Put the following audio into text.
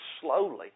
slowly